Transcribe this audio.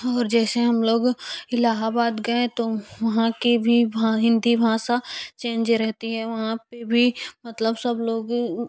और जैसे हम लोग इलाहाबाद गए तो वहाँ की भी हिंदी भाषा चेंज रहती है वहाँ पर भी मतलब सब लोग